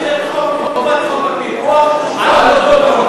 אני מציע להחיל את חובת חוק הפיקוח על המוסדות,